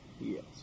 Yes